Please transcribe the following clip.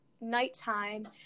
nighttime